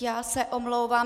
Já se omlouvám.